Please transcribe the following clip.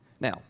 Now